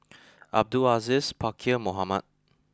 Abdul Aziz Pakkeer Mohamed